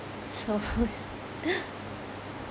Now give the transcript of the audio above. so who is